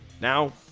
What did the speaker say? Now